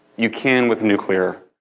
you can with nuclear.